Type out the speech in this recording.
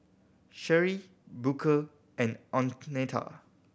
Sheri Booker and Oneta